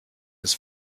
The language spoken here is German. des